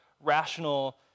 rational